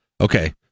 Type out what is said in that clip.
Okay